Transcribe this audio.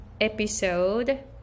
episode